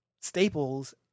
staples